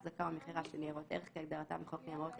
החזקה או מכירה של ניירות ערך כהגדרתם בחוק ניירות ערך,